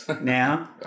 now